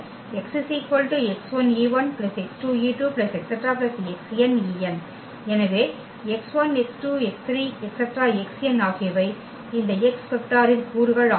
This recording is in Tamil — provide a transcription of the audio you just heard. எனவே x 1 x 2 x 3 x n ஆகியவை இந்த x வெக்டாரின் கூறுகள் ஆகும்